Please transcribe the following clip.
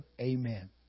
Amen